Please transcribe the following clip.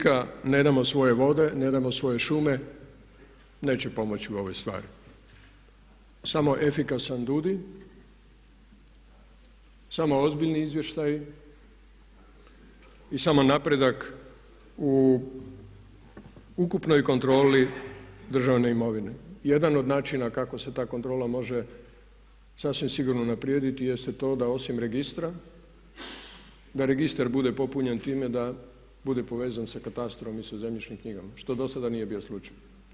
Vika ne damo svoje vode, ne damo svoje šume neće pomoći u ovoj stvari, samo efikasan DUDI, samo ozbiljni izvještaji i samo napredak u ukupnoj kontroli Državne imovine, jedan od načina kako se ta kontrola može sasvim sigurno unaprijediti jer se to da osim registra, da registar bude popunjen time da bude povezan i sa katastrom i sa zemljišnim knjigama, što dosada nije bilo slučaj.